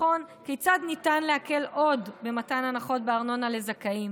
לבחון כיצד ניתן להקל עוד במתן הנחות בארנונה לזכאים.